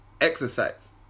exercise